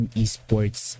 esports